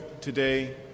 today